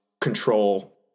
control